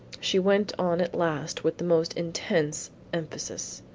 she went on at last with the most intense emphasis.